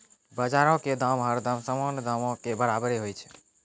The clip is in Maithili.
बजारो के दाम हरदम सामान्य दामो के बराबरे होय छै